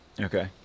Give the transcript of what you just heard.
okay